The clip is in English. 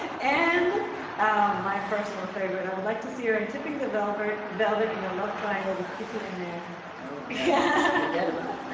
and my personal ah favorite i would like to see her and tipping the velvet velvet in a love triangle with kitty and man so yeah but